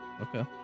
Okay